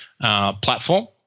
platform